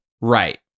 Right